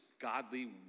godly